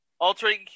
Altering